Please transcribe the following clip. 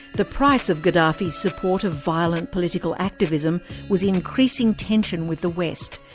the price of gaddafi's support of violent political activism was increasing tension with the west,